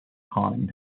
conning